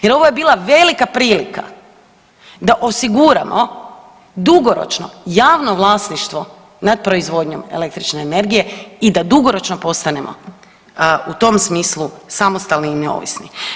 Jer ovo je bila velika prilika da osiguramo dugoročno javno vlasništvo nad proizvodnjom električne energije i da dugoročno postanemo u tom smislu samostalni i neovisni.